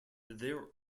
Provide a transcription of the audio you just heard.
there